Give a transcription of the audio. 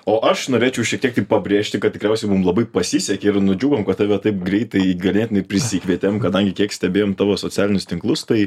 o aš norėčiau šiek tiek tai pabrėžti kad tikriausiai mum labai pasisekė ir nudžiugom kad tave taip greitai ganėtinai prisikvietėm kadangi kiek stebėjom tavo socialinius tinklus tai